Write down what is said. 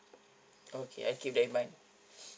okay I keep that in mind